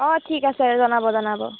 অঁ ঠিক আছে জনাব জনাব